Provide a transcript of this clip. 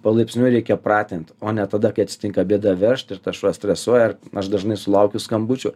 palaipsniui reikia pratint o ne tada kai atsitinka bėda vežt ir tas šuo stresuoja ar aš dažnai sulaukiu skambučių